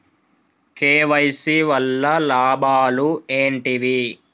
KYC వల్ల లాభాలు ఏంటివి?